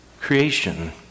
creation